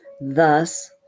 Thus